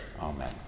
Amen